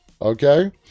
Okay